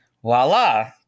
voila